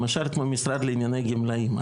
למשל כמו משרד לענייני גמלאים.